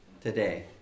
today